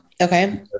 Okay